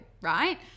right